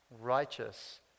righteous